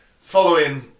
following